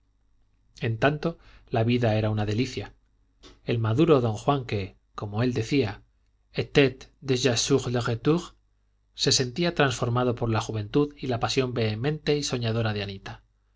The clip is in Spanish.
en tanto la vida era una delicia el maduro don juan que como él decía était déj sur le retour se sentía transformado por la juventud y la pasión vehemente y soñadora de anita